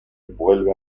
vuelve